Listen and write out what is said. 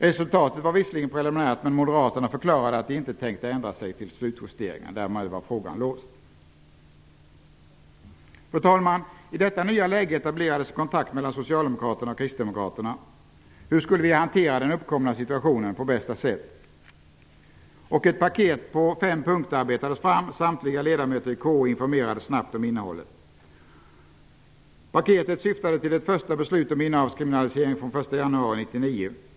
Beslutet var visserligen preliminärt, men moderaterna förklarade att de inte tänkte ändra sig till slutjusteringen. Därmed var frågan låst. I detta nya läge etablerades kontakt mellan Socialdemokraterna och Kristdemokraterna. Hur skulle vi på bästa sätt hantera den uppkomna situationen? Ett paket på fem punkter arbetades fram. Samtliga ledamöter i KU informerades snabbt om innehållet. Paketet syftade till ett första beslut om innehavskriminalisering fr.o.m. den 1 januari 1999.